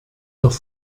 doch